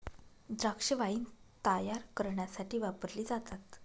द्राक्षे वाईन तायार करण्यासाठी वापरली जातात